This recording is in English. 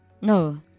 No